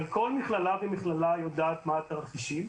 אבל כל מכללה ומכללה יודעת מה התרחישים,